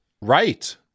Right